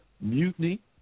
mutiny